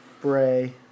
Bray